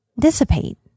dissipate